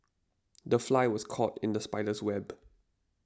the fly was caught in the spider's web